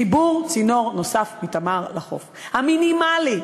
חיבור צינור נוסף מ"תמר" לחוף, המינימלי.